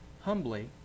humbly